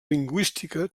lingüística